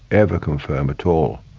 every confirm at all,